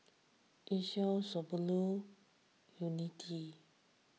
Asics Shokubutsu Unity